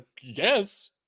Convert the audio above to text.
Yes